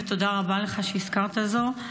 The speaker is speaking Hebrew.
ותודה רבה לך שהזכרת זאת.